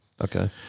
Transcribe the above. okay